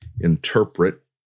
interpret